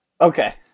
Okay